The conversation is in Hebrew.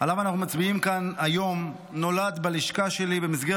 שעליו אנחנו מצביעים כאן היום נולד בלשכה שלי במסגרת